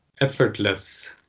effortless